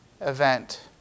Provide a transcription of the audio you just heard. event